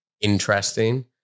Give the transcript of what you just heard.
interesting